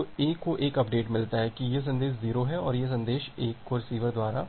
तो A को एक अपडेट मिलता है की यह संदेश 0 और संदेश 1 को रिसीवर द्वारा